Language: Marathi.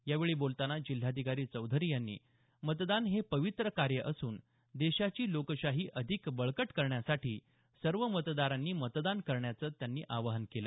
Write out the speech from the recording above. यावेळी बोलतांना जिल्हाधिकारी चौधरी यांनी मतदान हे पवित्र कार्य असून देशाची लोकशाही अधिक बळकट करण्यासाठी सर्व मतदारांनी मतदान करण्याचं आवाहन त्यांनी केलं